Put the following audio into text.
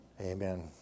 Amen